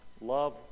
Love